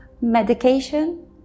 medication